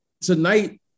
tonight